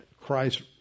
Christ